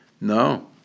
No